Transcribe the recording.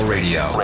Radio